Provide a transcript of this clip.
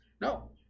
No